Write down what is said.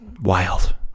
wild